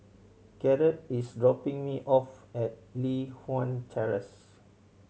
Garrett is dropping me off at Li Hwan Terrace